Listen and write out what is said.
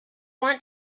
want